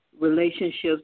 relationships